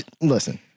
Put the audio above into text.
Listen